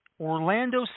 Orlando